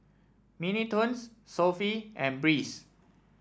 Mini Toons Sofy and Breeze